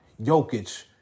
Jokic